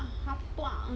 macam gitu